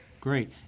Great